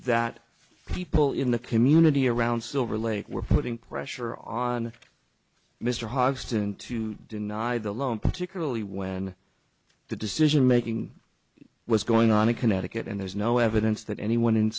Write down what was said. that people in the community around silver lake were putting pressure on mr hobson to deny the loan particularly when the decision making was going on in connecticut and there's no evidence that anyone in